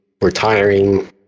retiring